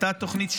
הייתה תוכנית שרון,